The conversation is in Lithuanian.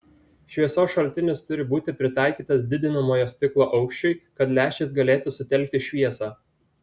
šviesos šaltinis turi būti pritaikytas didinamojo stiklo aukščiui kad lęšis galėtų sutelkti šviesą